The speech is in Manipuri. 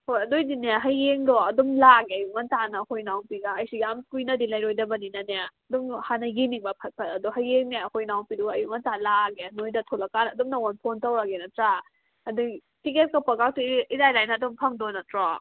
ꯍꯣꯏ ꯑꯗꯨ ꯑꯣꯏꯔꯗꯤꯅꯦ ꯍꯌꯦꯡꯗꯣ ꯑꯗꯨꯝ ꯂꯥꯛꯑꯒꯦ ꯑꯌꯨꯛ ꯉꯟꯇꯥꯅ ꯑꯩꯈꯣꯏ ꯏꯅꯥꯎꯄꯤꯒ ꯑꯩꯁꯨ ꯌꯥꯝ ꯀꯨꯏꯅꯗꯤ ꯂꯩꯔꯣꯏꯗꯕꯅꯤꯅꯅꯦ ꯑꯗꯨꯝ ꯍꯥꯟꯅ ꯌꯦꯡꯅꯤꯡꯕ ꯐꯠ ꯐꯠ ꯑꯗꯣ ꯍꯌꯦꯡꯅꯦ ꯑꯩꯈꯣꯏ ꯏꯅꯥꯎꯄꯤꯗꯨꯒ ꯑꯌꯨꯛ ꯉꯟꯇ ꯂꯥꯛꯑꯒꯦ ꯅꯣꯏꯗ ꯊꯣꯛꯂꯛꯀꯥꯟ ꯑꯗꯨꯝ ꯅꯪꯉꯣꯟꯗ ꯐꯣꯟ ꯇꯧꯔꯛꯑꯒꯦ ꯅꯠꯇ꯭ꯔꯥ ꯑꯗꯨꯏ ꯇꯤꯀꯦꯠ ꯀꯛꯄꯥꯒꯗꯤ ꯏꯔꯥꯏ ꯂꯥꯏꯅ ꯑꯗꯨꯝ ꯐꯪꯒꯗꯣꯏ ꯅꯠꯇ꯭ꯔꯣ